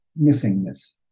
missingness